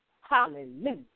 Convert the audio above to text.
Hallelujah